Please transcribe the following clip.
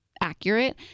accurate